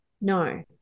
No